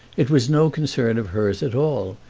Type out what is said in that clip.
it was no concern of hers at all,